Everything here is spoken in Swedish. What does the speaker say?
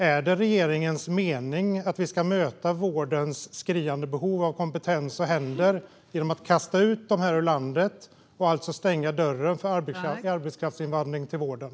Är det regeringens mening att vi ska möta vårdens skriande behov av kompetens och händer genom att kasta ut dessa ur landet och alltså stänga dörren för arbetskraftsinvandring till vården?